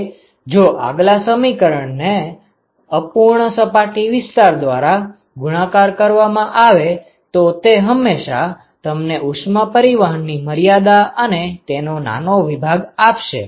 હવે જો આગલા સમીકરણને અપૂર્ણાંક સપાટી વિસ્તાર દ્વારા ગુણાકાર કરવામાં આવે તો તે હંમેશા તમને ઉષ્મા પરિવહનની મર્યાદા અને તેનો નાનો વિભાગ આપશે